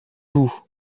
vous